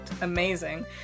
amazing